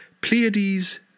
Pleiades